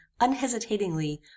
unhesitatingly